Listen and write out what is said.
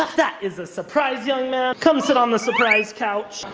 that is a surprise, young man! come sit on the surprise couch!